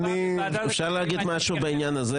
אפשר להגיד משהו בעניין הזה?